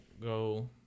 go